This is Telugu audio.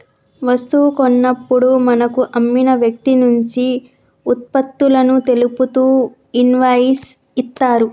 వస్తువు కొన్నప్పుడు మనకు అమ్మిన వ్యక్తినుంచి వుత్పత్తులను తెలుపుతూ ఇన్వాయిస్ ఇత్తరు